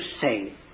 say